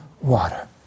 water